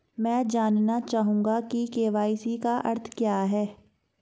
मैं जानना चाहूंगा कि के.वाई.सी का अर्थ क्या है?